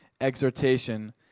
exhortation